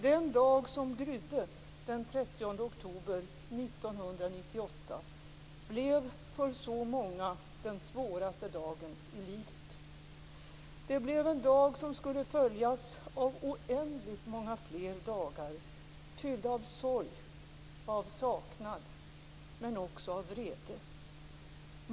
Den dag som grydde den 30 oktober 1998 blev för så många den svåraste dagen i livet. Det blev en dag som skulle följas av oändligt många fler dagar fyllda av sorg, av saknad men också av vrede.